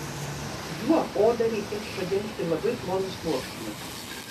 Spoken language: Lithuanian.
juo odą reikėtų padengti labai plonu sluoksniu